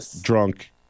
drunk